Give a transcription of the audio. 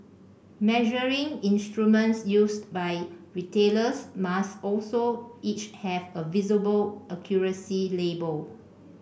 measuring instruments used by retailers must also each have a visible accuracy label